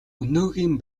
өнөөгийн